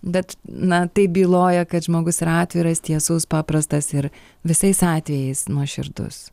bet na tai byloja kad žmogus yra atviras tiesus paprastas ir visais atvejais nuoširdus